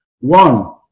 one